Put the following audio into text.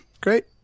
great